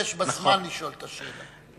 שביקש בזמן לשאול את השאלה.